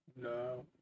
No